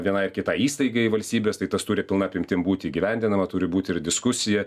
vienai ar kitai įstaigai valstybės tai tas turi pilna apimtim būti įgyvendinama turi būti ir diskusija